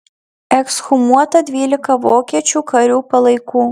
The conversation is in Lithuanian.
ekshumuota dvylika vokiečių karių palaikų